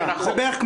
זה בערך 1.2 מיליון,